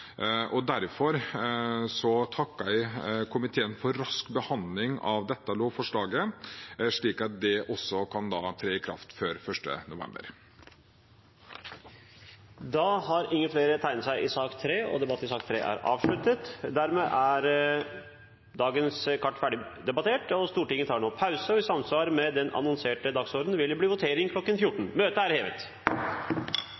Derfor takker jeg komiteen for rask behandling av dette lovforslaget, slik at det også kan tre i kraft før 1. november. Flere har ikke bedt om ordet i sak nr. 3. Dermed er sakene på dagens kart ferdigdebattert. Stortinget tar nå pause, og i samsvar med den annonserte dagsordenen vil det bli votering kl. 14.